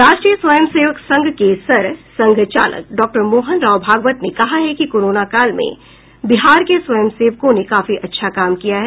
राष्ट्रीय स्वयं सेवक संघ के सर संघ चालक डॉक्टर मोहनराव भागवत ने कहा है कि कोरोनाकाल में बिहार के स्वंय सेवकों ने काफी अच्छा काम किया है